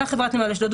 אותה חברת נמל אשדוד,